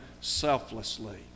selflessly